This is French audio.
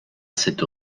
cette